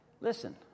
listen